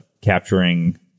capturing